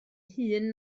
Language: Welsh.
hŷn